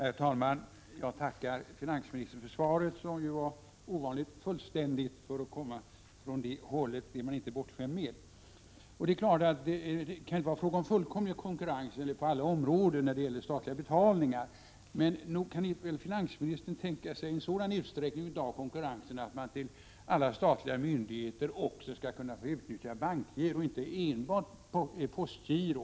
Herr talman! Jag tackar finansministern för svaret, som var ovanligt fullständigt för att komma från det hållet; det är man inte bortskämd med. Det kan naturligtvis inte vara fråga om fullkomlig konkurrens på alla områden när det gäller statliga betalningar, men nog kan väl finansministern likväl tänka sig en sådan utsträckning av konkurrensen att man till alla statliga myndigheter också skall kunna få utnyttja bankgiro — inte enbart postgiro?